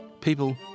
People